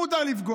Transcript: בכול מותר לפגוע,